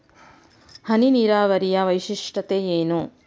ಹನಿ ನೀರಾವರಿಯ ವೈಶಿಷ್ಟ್ಯತೆ ಏನು?